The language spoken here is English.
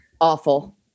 Awful